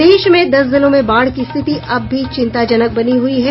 प्रदेश में दस जिलों में बाढ़ की स्थिति अब भी चिंताजनक बनी हुई है